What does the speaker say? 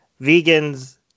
vegans